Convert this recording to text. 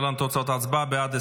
להלן תוצאות ההצבעה: בעד,